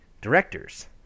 directors